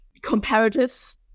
comparatives